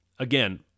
Again